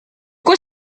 quoi